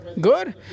Good